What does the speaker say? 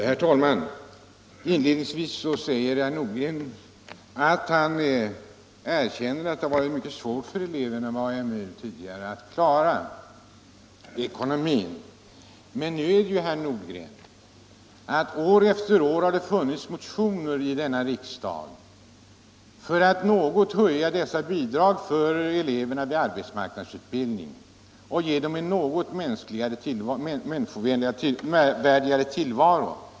Herr talman! Inledningsvis sade herr Nordgren att han erkänner att det tidigare har varit mycket svårt för AMU-eleverna att klara ekonomin. Men, herr Nordgren, år efter år har det förelegat motioner i denna riksdag om att något höja bidragen till eleverna inom arbetsmarknadsutbildningen och ge dem en litet människovärdigare tillvaro.